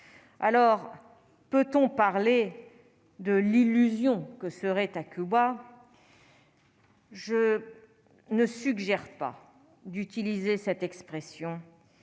alors peut-on parler de l'illusion que serait à Cuba. Je ne suggère pas d'utiliser cette expression